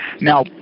Now